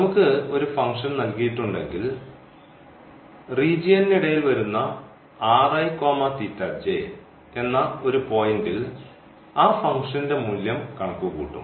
നമുക്ക് ഒരു ഫംഗ്ഷൻ നൽകിയിട്ടുണ്ടെങ്കിൽ റീജിയന്ന് ഇടയിൽ വരുന്ന എന്ന ഒരു പോയിന്റിൽ ആ ഫംഗ്ഷൻറെ മൂല്യം കണക്കുകൂട്ടും